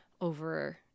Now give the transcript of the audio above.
over